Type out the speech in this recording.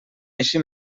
així